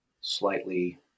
slightly